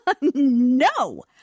No